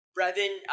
Brevin